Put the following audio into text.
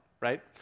right